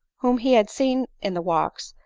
whom he had seen in the walks,